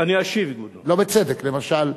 למשל,